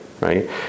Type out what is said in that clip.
right